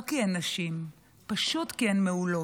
לא כי הן נשים, פשוט כי הן מעולות.